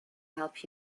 help